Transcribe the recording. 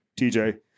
TJ